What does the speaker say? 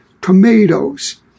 tomatoes